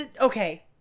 Okay